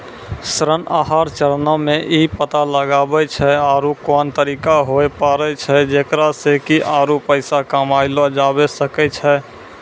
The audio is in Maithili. ऋण आहार चरणो मे इ पता लगाबै छै आरु कोन तरिका होय पाड़ै छै जेकरा से कि आरु पैसा कमयलो जाबै सकै छै